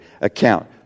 account